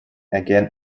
again